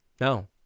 No